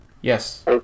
Yes